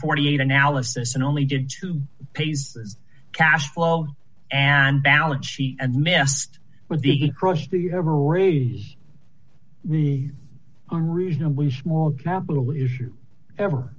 forty eight analysis and only did two pays cash flow and balance sheet and messed with the crush the ever raise the a reasonably small capital issue ever